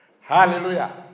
Hallelujah